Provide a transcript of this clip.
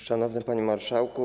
Szanowny Panie Marszałku!